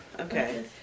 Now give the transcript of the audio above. Okay